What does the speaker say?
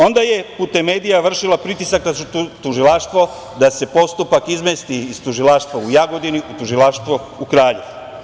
Onda je putem medija vršila pritisak na tužilaštvo da se postupak izmesti iz tužilaštva u Jagodini u tužilaštvo u Kraljevo.